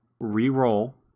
re-roll